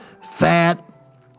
Fat